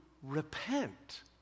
repent